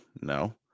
No